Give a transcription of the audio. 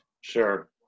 Sure